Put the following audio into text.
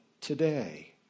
today